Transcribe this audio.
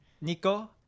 nico